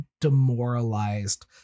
demoralized